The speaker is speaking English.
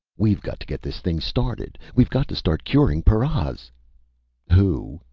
we've got to get this thing started! we've got to start curing paras who,